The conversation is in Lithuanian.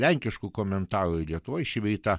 lenkiškų komentarų ir lietuvoj šį bei tą